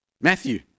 Matthew